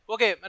Okay